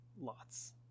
lots